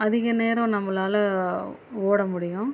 அதிக நேரம் நம்பளால் ஒடமுடியும்